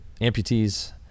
amputees